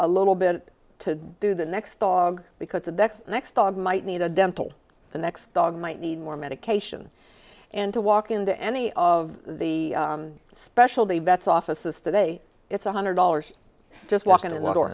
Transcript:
a little bit to do the next dog because the next dog might need a dental the next dog might need more medication and to walk into any of the specialty vet's office is today it's one hundred dollars just walk in the door